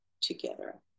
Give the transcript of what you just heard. together